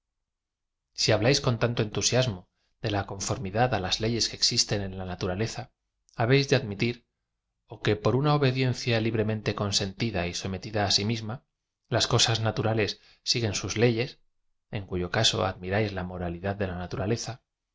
si habláis con tanto entusiasmo de la conformidad á las leyes que existen en la naturaleza habéis de ad m itir ó que por una obediencia libremente consentida y sometida á si misma las cosas naturales siguen sus leyes en cuyo caso admiráis la moralidad de la